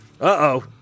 Uh-oh